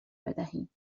بدهیم